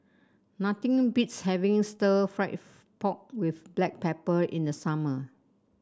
nothing beats having stir fry pork with Black Pepper in the summer